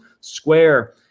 square